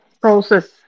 process